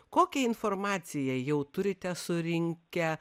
kokią informaciją jau turite surinkę